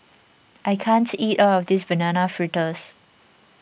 I can't eat all of this Banana Fritters